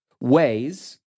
ways